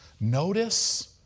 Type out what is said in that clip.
Notice